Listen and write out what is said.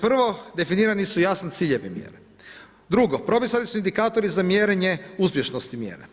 Prvo, definirani su jasno ciljevi mjere, drugo propisani su indikatori za mjerenje uspješnosti mjera.